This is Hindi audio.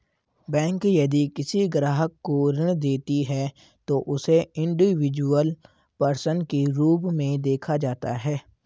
बैंक यदि किसी ग्राहक को ऋण देती है तो उसे इंडिविजुअल पर्सन के रूप में देखा जाता है